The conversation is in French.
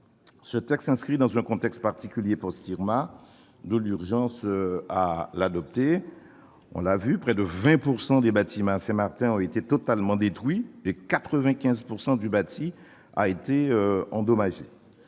Ce texte s'inscrit dans un contexte particulier, post-Irma ; d'où l'urgence à l'adopter. À Saint-Martin, près de 20 % des bâtiments ont été totalement détruits et 95 % du bâti a été endommagé.